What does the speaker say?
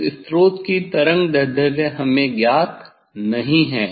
उस स्रोत की तरंगदैर्ध्य हमें ज्ञात नहीं है